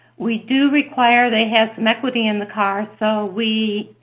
we do require they have some equity in the car, so we